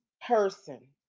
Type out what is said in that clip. person